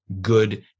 good